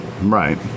right